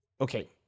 okay